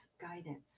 guidance